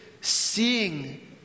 seeing